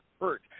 hurt